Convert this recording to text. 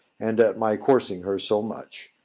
and at my coursing her so much.